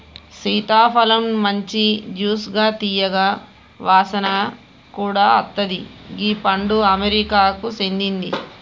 సీతాఫలమ్ మంచి జ్యూసిగా తీయగా వాసన కూడా అత్తది గీ పండు అమెరికాకు సేందింది